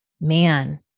man